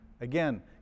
Again